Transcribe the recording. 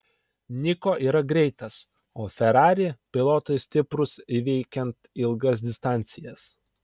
niko yra greitas o ferrari pilotai stiprūs įveikiant ilgas distancijas